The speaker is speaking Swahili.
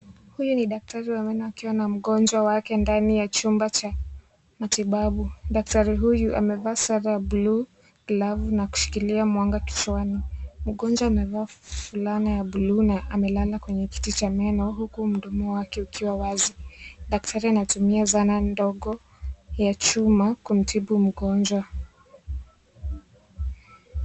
Huyu ni daktari wa meno akiwa na mgonjwa wake ndani ya chumba cha matibabu. Daktari huyu amevaa sare ya buluu, glavu na kushikilia mwanga kichwani. Mgonjwa amevaa fulana ya buluu na ameketi kwenye kiti cha meno huku mdomo wake ukiwa wazi. Daktari anatumia zana ndogo ya chuma kumtibu mgonjwa.